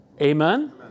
Amen